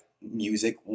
music